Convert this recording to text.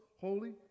Holy